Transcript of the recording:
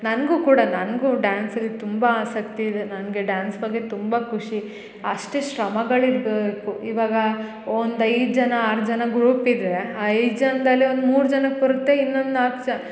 ನನಗೂ ಕೂಡ ನನಗೂ ಡಾನ್ಸಲಿ ತುಂಬಾ ಆಸಕ್ತಿ ಇದೆ ನನಗೆ ಡಾನ್ಸ್ ಬಗ್ಗೆ ತುಂಬ ಖುಷಿ ಅಷ್ಟೇ ಶ್ರಮಗಳಿದ್ಬಕು ಇವಾಗ ಒಂದೈದು ಜನ ಆರು ಜನ ಗ್ರೂಪ್ ಇದ್ದರೆ ಆ ಐದು ಜನದಲ್ಲಿ ಒಂದು ಮೂರು ಜನಕ್ಕೆ ಬರುತ್ತೆ ಇನ್ನೊಂದು ನಾಕ್ ಜ